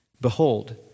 Behold